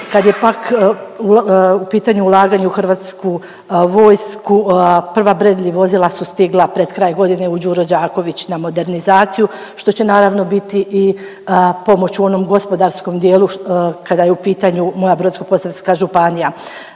Kad je pak u pitanju ulaganje u Hrvatsku vojsku prva Bredly vozila su stigla pred kraj godine u Đuro Đaković na modernizaciju što će naravno biti i pomoć u onom gospodarskom dijelu kada je u pitanju moja Brodsko-posavska županija.